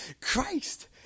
Christ